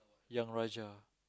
Young-Rajah